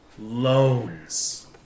loans